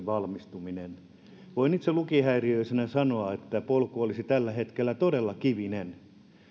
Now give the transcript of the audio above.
valmistumisen voin itse lukihäiriöisenä sanoa että polku olisi tällä hetkellä todella kivinen